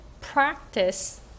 practice